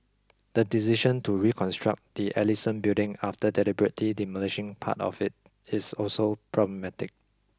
the decision to reconstruct the Ellison Building after deliberately demolishing part of it is also problematic